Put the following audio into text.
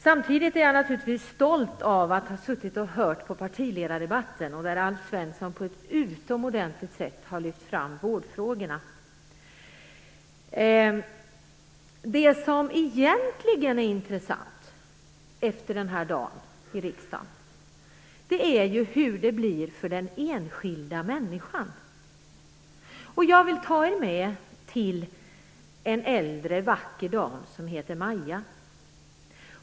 Samtidigt är jag naturligtvis stolt efter att ha suttit och hört på partiledardebatten, där Alf Svensson på ett utomordentligt sätt har lyft fram vårdfrågorna. Det som egentligen är intressant efter den här dagen i riksdagen är ju hur det blir för den enskilda människan. Jag vill ta er med till en äldre vacker dam som heter Maja.